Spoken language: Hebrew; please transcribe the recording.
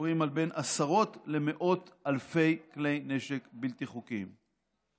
מדברים על בין עשרות למאות אלפי כלי נשק בלתי חוקיים.